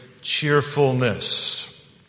cheerfulness